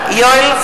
(קוראת בשמות חברי הכנסת) יואל חסון,